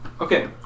Okay